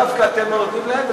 דווקא אתם לא נותנים להם,